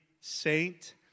saint